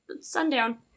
Sundown